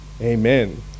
Amen